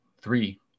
three